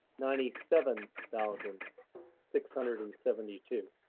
ninety seven thousand six hundred and seventy two.